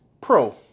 pro